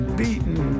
beaten